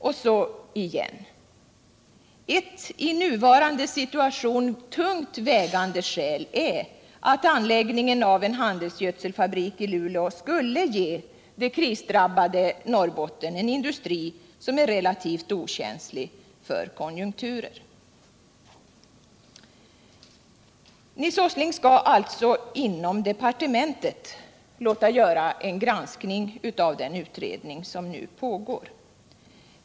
Och så igen: Ett i nuvarande situation tungt vägande skäl är att anläggningen av en handelsgödselfabrik i Luleå skulle ge det krisdrabbade Norrbotten en industri som är relativt okänslig för konjunkturer. Nils Åsling skall alltså inom departementet låta göra en granskning av den utredning som nu pågår.